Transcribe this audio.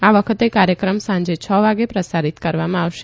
આ વખતે આ કાર્યક્રમ સાંજે છવાગે પ્રસારિત કરવામાં આવશે